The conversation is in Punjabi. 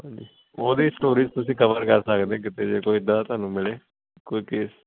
ਹਾਂਜੀ ਉਹਦੀ ਸਟੋਰੀਸ ਤੁਸੀਂ ਕਵਰ ਕਰ ਸਕਦੇ ਕਿਤੇ ਜੇ ਕੋਈ ਏਦਾਂ ਦਾ ਤੁਹਾਨੂੰ ਮਿਲੇ ਕੋਈ ਕੇਸ